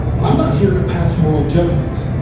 i'm not here to pass moral judgements.